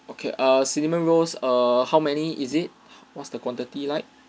okay err cinnamon rolls err how many is it what's the quantity like